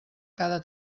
cada